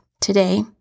Today